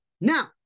Now